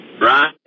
Ron